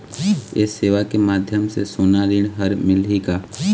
ये सेवा के माध्यम से सोना ऋण हर मिलही का?